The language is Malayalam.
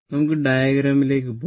നമുക്ക് ഡയഗ്രാമിലേക്ക് പോകാം